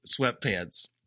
sweatpants